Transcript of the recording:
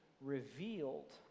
revealed